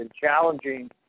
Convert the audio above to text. challenging